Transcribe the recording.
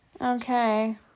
Okay